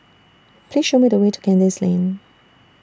Please Show Me The Way to Kandis Lane